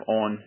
on